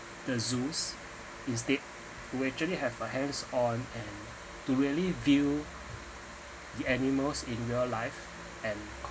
the zoos instead who actually have a hands on and to really view the animals in real life and